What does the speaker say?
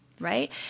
Right